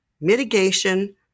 mitigation